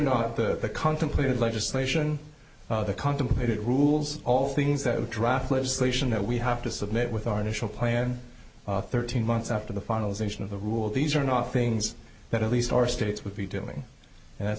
not the contemplated legislation the contemplated rules all things that a draft legislation that we have to submit with our initial plan thirteen months after the finalization of the rule these are not things that at least our states would be doing and that's